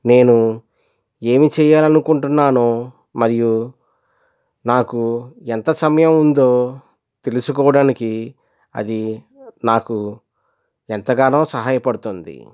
నేను ఏమి చేయాలనుకుంటున్నానో మరియు నాకు ఎంత సమయం ఉందో తెలుసుకోవడానికి అది నాకు ఎంతగానో సహాయపడుతుంది